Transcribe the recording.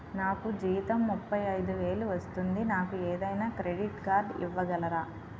నాకు జీతం ముప్పై ఐదు వేలు వస్తుంది నాకు ఏదైనా క్రెడిట్ కార్డ్ ఇవ్వగలరా?